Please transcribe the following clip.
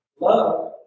Love